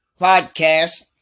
podcast